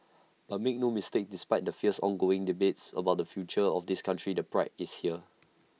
but make no mistake despite the fierce ongoing debate about the future of this country the pride is there